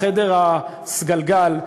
בחדר הסגלגל,